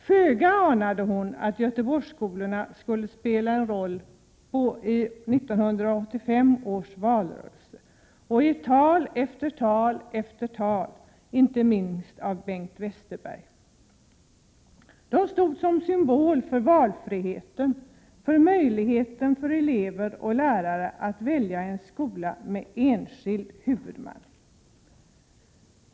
Föga anade hon att Göteborgsskolorna skulle spela en roll i 1985 års valrörelse i tal efter tal, inte minst av Bengt Westerberg. Dessa skolor blev en symbol för valfriheten, för möjligheten för elever och lärare att välja en skola med enskild huvudman.